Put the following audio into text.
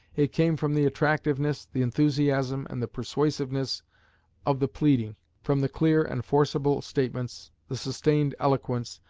it came from the attractiveness, the enthusiasm, and the persuasiveness of the pleading from the clear and forcible statements, the sustained eloquence,